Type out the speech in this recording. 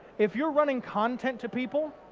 if you're running content to people,